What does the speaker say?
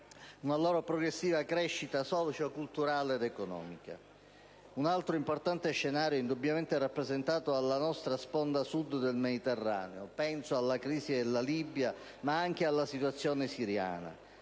una loro progressiva crescita socio-culturale ed economica. Un altro importante scenario è indubbiamente rappresentato dalla nostra sponda Sud del Mediterraneo. Penso alla crisi della Libia, ma anche alla situazione siriana.